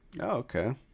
okay